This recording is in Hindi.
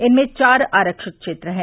इनमें चार आरक्षित क्षेत्र हैं